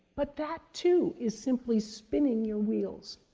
but that too is simply spinning your wheels.